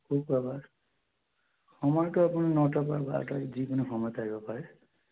শুক্ৰবাৰ সময়টো আপুনি নটাৰ পৰা বাৰটা যিকোনো সময়তে আহিব পাৰে